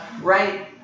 right